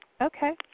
Okay